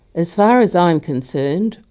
as far as i'm concerned,